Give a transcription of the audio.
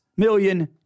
Million